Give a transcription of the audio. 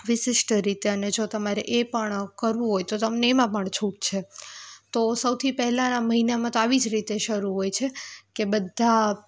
વિશિષ્ટ રીતે અને જો તમારે એ પણ કરવું હોય તો તમને એમાં પણ છૂટ છે તો સૌથી પહેલાંના મહિનામાં તો આવી જ રીતે શરૂ હોય છે કે બધાં